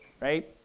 right